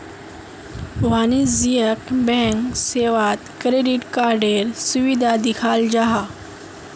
वाणिज्यिक बैंक सेवात क्रेडिट कार्डएर सुविधा दियाल जाहा